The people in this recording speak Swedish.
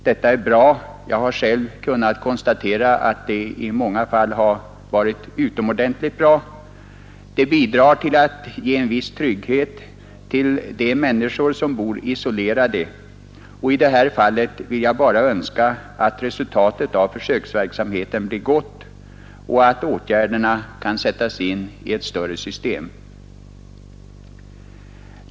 Detta är bra; jag har själv kunnat konstatera att det i många fall har varit utomordentligt bra. Det bidrar till att ge en viss trygghet till de människor som bor isolerade. I det avseendet vill jag bara önska att resultatet av försöksverksamheten blir gott och att åtgärderna kan sättas in i ett större system.